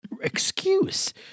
excuse